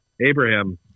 Abraham